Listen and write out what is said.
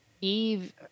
eve